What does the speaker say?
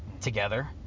together